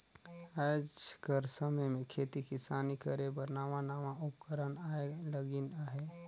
आएज कर समे में खेती किसानी करे बर नावा नावा उपकरन आए लगिन अहें